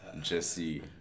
Jesse